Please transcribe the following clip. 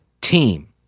team